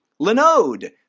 Linode